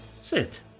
sit